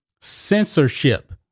Censorship